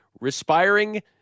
Respiring